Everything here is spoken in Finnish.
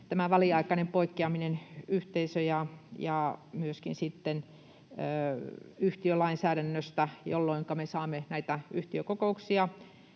tämä väliaikainen poikkeaminen yhteisö- ja myöskin yhtiölainsäädännöstä, jolloinka me saamme näitä yhtiökokouksia